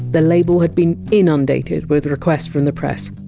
the label had been inundated with requests from the press!